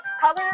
color